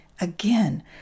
Again